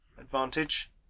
advantage